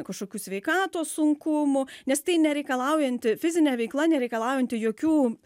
kažkokių sveikatos sunkumų nes tai nereikalaujanti fizinė veikla nereikalaujanti jokių